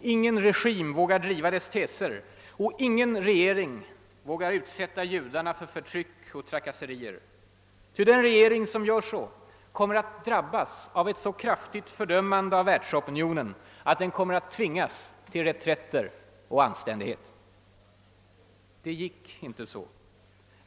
Ingen regim vågar driva dess teser och ingen regering vågar utsätta judarna för förtryck och trakasserier. Ty den regering bas av ett så kraftigt fördömande av världsopinionen att den kommer att tvingas till reträtt och anständighet. Det gick inte så.